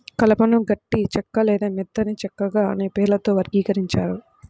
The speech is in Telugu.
కలపను గట్టి చెక్క లేదా మెత్తని చెక్కగా అనే పేర్లతో వర్గీకరించారు